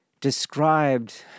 described